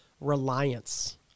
reliance